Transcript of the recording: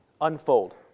unfold